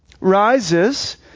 rises